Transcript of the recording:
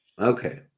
Okay